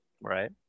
Right